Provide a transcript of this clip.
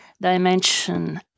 dimension